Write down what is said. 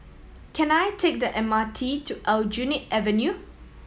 can I take the M R T to Aljunied Avenue